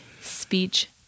speech